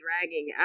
dragging